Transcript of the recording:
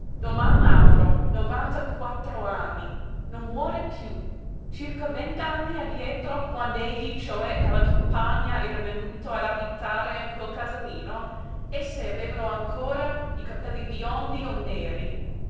doman l'altro novantaquattro anni non muore piú circa vent'anni addietro quand'egli cioè dalla campagna era venuto ad abitare in quel casalino esse avevano ancora i capelli biondi o neri